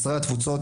משרד התפוצות,